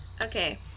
Okay